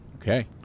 Okay